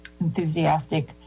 enthusiastic